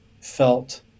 felt